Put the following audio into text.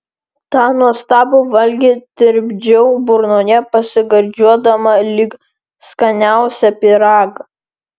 tą nuostabų valgį tirpdžiau burnoje pasigardžiuodama lyg skaniausią pyragą